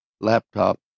Laptop